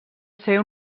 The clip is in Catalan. ser